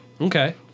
Okay